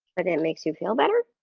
but it makes you feel better.